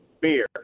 beer